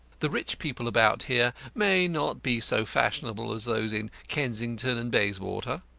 the rich people about here may not be so fashionable as those in kensington and bayswater,